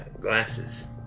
glasses